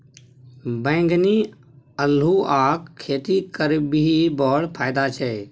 बैंगनी अल्हुआक खेती करबिही बड़ फायदा छै